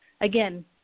again